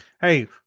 Hey